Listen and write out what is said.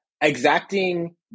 exacting